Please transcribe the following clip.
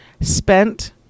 spent